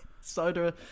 soda